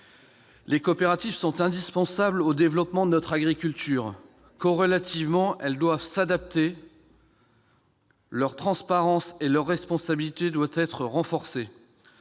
Les coopératives sont indispensables au développement de notre agriculture. Corrélativement, elles doivent s'adapter. Leur transparence et leur responsabilité doivent être renforcées.